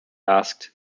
asked